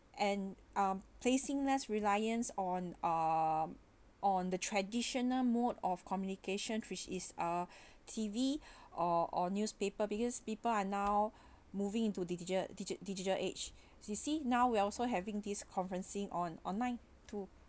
and um placing less reliance on uh on the traditional mode of communication which is uh T_V or or newspaper because people are now moving into digital digit~ digital age you see now we're also having these conferencing on online too